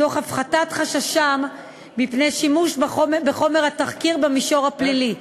תוך הפחתת חששם מפני שימוש בחומר התחקיר במישור הפלילי,